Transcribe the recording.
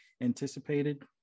anticipated